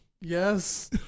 Yes